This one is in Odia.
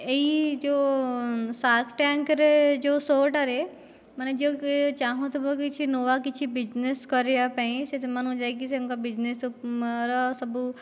ଏହି ଯେଉଁ ସାର୍କ ଟ୍ୟାଙ୍କରେ ଯେଉଁ ସୋଟାରେ ମାନେ ଯେ କେହି ଚାହୁଁଥିବ କିଛି ନୂଆ କିଛି ବୀଜନେସ୍ କରିବା ପାଇଁ ସେ ସେମାନଙ୍କୁ ଯାଇକି ତାଙ୍କ ବୀଜନେସ୍ର ସବୁ